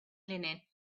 linen